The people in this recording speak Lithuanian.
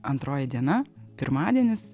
antroji diena pirmadienis